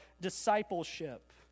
discipleship